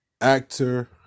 actor